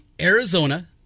Arizona